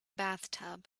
bathtub